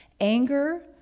anger